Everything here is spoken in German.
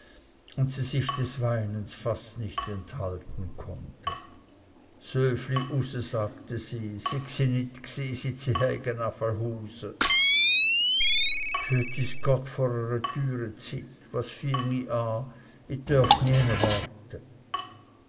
und sie sich des weinens fast nicht enthalten konnte sövli use sagte sie syg si nit gsi sit si heyge afa huse bhüetis gott vor ere türe zyt was fieng ih a ih dörft niene warte